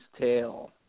tale